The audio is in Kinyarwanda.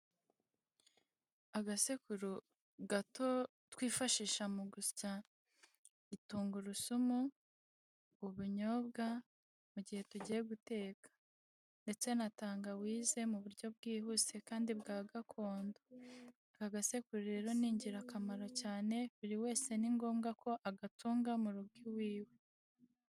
Agasekuru gato twifashisha mu gusya tungurusumu ubunyobwa mu gihe tugiye guteka, ndetse na tangawize mu buryo bwihuse kandi bwa gakondo, agasekuru rero ni ingirakamaro cyane buri wese ni ngombwa ko agatunga mu rugo i wiwe.